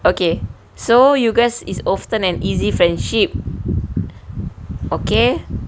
okay so you guys is often an easy friendship okay